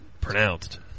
pronounced